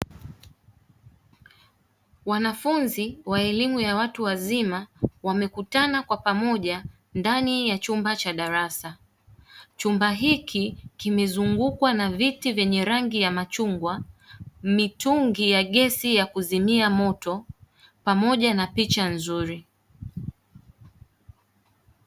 Wanafunzi wa elimu ya watu wazima wamekutana kwa pamoja ndani ya chumba cha darasa. Chumba hiki kimezungukwa na viti vyenye rangi ya machungwa, mitungi ya gesi ya kuzimia moto pamoja na picha nzuri.